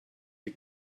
die